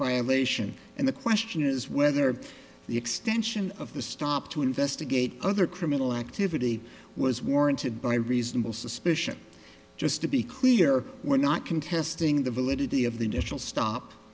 violation and the question is whether the extension of the stop to investigate other criminal activity was warranted by reasonable suspicion just to be clear we're not contesting the validity of the initial stop